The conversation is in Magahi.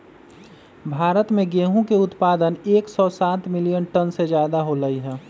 भारत में गेहूं के उत्पादन एकसौ सात मिलियन टन से ज्यादा होलय है